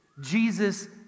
Jesus